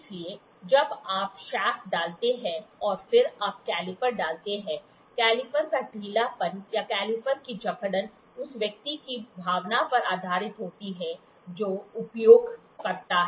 इसलिए जब आप शाफ्ट डालते हैं और फिर आप कैलिपर डालते हैं कैलीपर का ढीलापन या कैलीपर की जकड़न उस व्यक्ति की भावना पर आधारित होती है जो उपयोग करता है